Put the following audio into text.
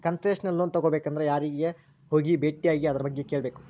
Concessional loan ತಗೊಬೇಕಂದ್ರ ಯಾರಿಗೆ ಹೋಗಿ ಬೆಟ್ಟಿಯಾಗಿ ಅದರ್ಬಗ್ಗೆ ಕೇಳ್ಬೇಕು?